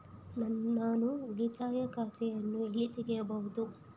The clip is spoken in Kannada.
ನಾನು ಉಳಿತಾಯ ಖಾತೆಯನ್ನು ಎಲ್ಲಿ ತೆಗೆಯಬಹುದು?